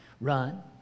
run